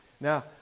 Now